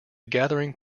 gathering